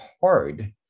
hard